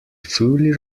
fully